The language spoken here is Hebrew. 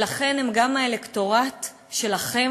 ולכן הם גם האלקטורט שלכם.